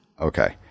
Okay